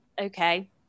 Okay